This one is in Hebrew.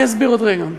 אני אסביר עוד רגע.